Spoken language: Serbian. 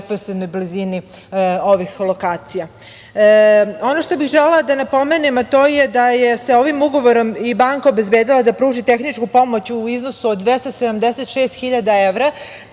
neposrednoj blizini ovih lokacija. Ono što bih želela da napomenem, to je da se ovim ugovorom i banka obezbedila da pruži tehničku pomoć u iznosu od 276.000 evra